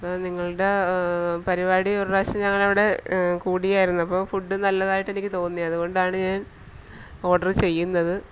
അപ്പോള് നിങ്ങളുടെ പരിപാടി ഒരു പ്രാവശ്യം ഞങ്ങളുടെ അവിടെ കൂടിയാരുന്നു അപ്പോള് ഫുഡ്ഡ് നല്ലതായിട്ടെനിക്ക് തോന്നി അതുകൊണ്ടാണ് ഞാൻ ഓഡര് ചെയ്യുന്നത്